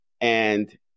and-